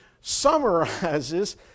summarizes